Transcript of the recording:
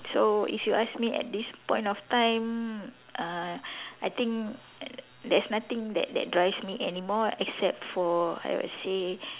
so if you ask me at this point of time uh I think there is nothing that that drives me anymore except for I would say